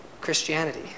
Christianity